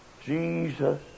Jesus